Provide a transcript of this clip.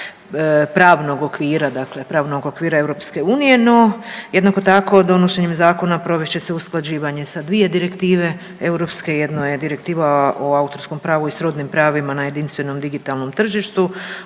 pravnog okvira, dakle pravnog okvira Europske unije. No jednako tako donošenjem Zakona provest će se usklađivanje sa dvije direktive europske. Jedna je Direktiva o autorskom pravu i srodnim pravima na jedinstvenom digitalnom tržištu,